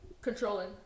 Controlling